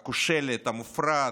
הכושלת, המופרעת,